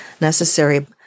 necessary